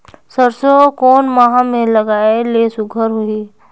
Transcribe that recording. सरसो कोन माह मे लगाय ले सुघ्घर होही?